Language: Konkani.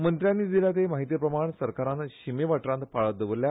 मंत्र्यांनी दिल्या ते म्हायती प्रमाण सरकारान शिमे वाठारांत पाळत दवरल्या